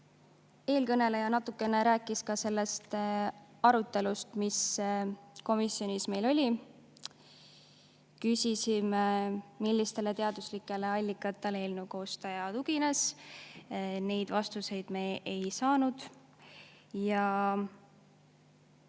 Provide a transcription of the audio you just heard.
Eelkõneleja natukene rääkis ka sellest arutelust, mis meil komisjonis oli. Küsisime, millistele teaduslikele allikatele eelnõu koostaja tugines, neid vastuseid me ei saanud.